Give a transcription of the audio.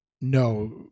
No